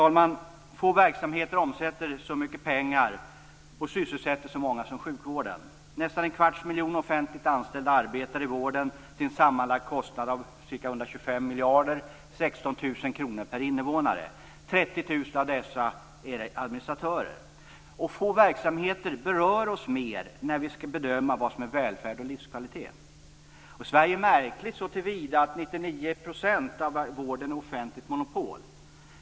Fru talman! Få verksamheter omsätter så mycket pengar och sysselsätter så många som sjukvården gör. Nästan en kvarts miljon offentligt anställda arbetar inom vården, till en sammanlagd kostnad av ca 125 miljarder, eller 16 000 kr per invånare. 30 000 av dessa personer är administratörer. Få verksamheter berör oss mer när vi skall bedöma vad som är välfärd och livskvalitet. Sverige är märkligt så till vida att 99 % av vården är offentligt monopol.